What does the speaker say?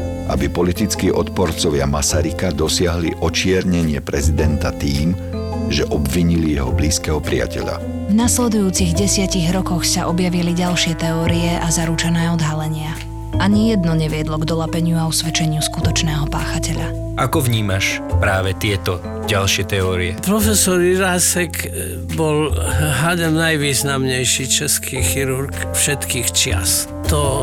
aby politickí odporcovia Masaryka dosiahli očiernenie prezidenta tým, že obvinili jeho blízkeho priateľa. V nasledujúcich 10 rokoch sa objavili ďalšie teórie a zaručené odhalenia. Ani jedno neviedlo k dolapeniu a usvedčeniu skutočného páchateľa. Ako vnímaš práve tieto ďalšie teórie? Profesor Irásek, eh, bol, eh, hádam najvýznamnejší český chirurg všetkých čias. To-